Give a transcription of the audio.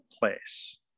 place